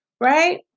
right